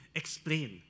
explain